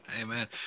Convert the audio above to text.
amen